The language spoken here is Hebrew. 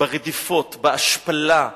ברדיפות, בהשפלה,